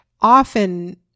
often